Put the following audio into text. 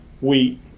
wheat